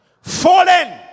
fallen